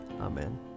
Amen